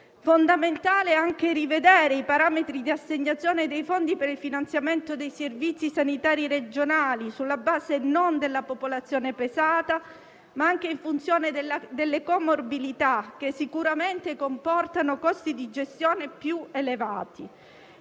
fondamentale rivedere i parametri di assegnazione dei fondi per il finanziamento dei servizi sanitari regionali sulla base non della popolazione pesata, ma anche in funzione delle comorbilità, che sicuramente comportano costi di gestione più elevati.